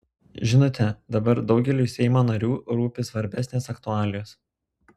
žinote dabar daugeliui seimo narių rūpi svarbesnės aktualijos